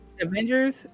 avengers